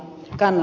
tämä